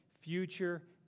future